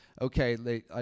Okay